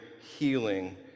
healing